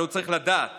אבל הוא צריך לדעת